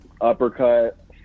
Uppercut